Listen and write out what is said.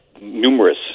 numerous